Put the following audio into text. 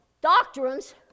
doctrines